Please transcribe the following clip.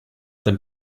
than